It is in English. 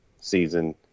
season